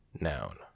Noun